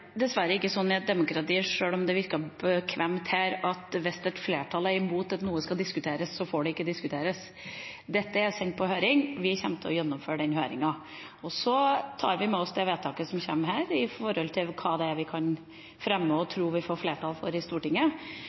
dessverre ikke sånn i et demokrati, selv om det virker bekvemt her, at hvis et flertall er imot at noe skal diskuteres, får det ikke diskuteres. Dette er sendt på høring. Vi kommer til å gjennomføre den høringen. Så tar vi med oss det vedtaket som kommer, med hensyn til hva vi kan fremme og tro vi får flertall for i Stortinget.